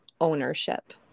ownership